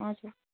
हजुर